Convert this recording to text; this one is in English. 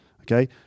Okay